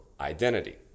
identity